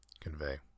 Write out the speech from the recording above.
convey